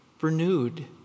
renewed